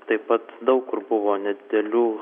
taip pat daug kur buvo nedidelių